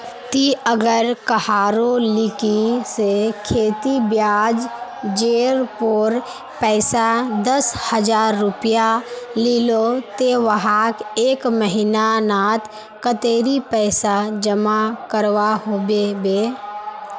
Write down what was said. ती अगर कहारो लिकी से खेती ब्याज जेर पोर पैसा दस हजार रुपया लिलो ते वाहक एक महीना नात कतेरी पैसा जमा करवा होबे बे?